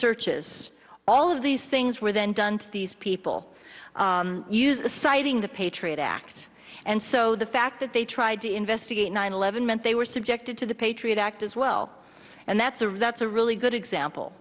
searches all of these things were then done to these people use the citing the patriot act and so the fact that they tried to investigate nine eleven meant they were subjected to the patriot act as well and that's a real that's a really good example